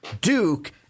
Duke